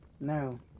no